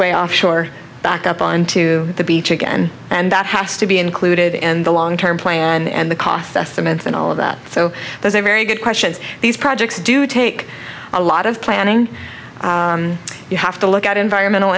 way offshore back up onto the beach again and that has to be included in the long term plan and the cost estimates and all of that so there's a very good question these projects do take a lot of planning you have to look at environmental